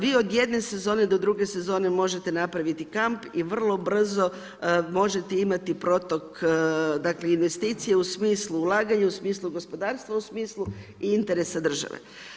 Vi od jedne sezone do druge sezone možete napraviti kamp i vrlo brzo možete imati protok investicija u smislu ulaganja, u smislu gospodarstva, u smislu interesa države.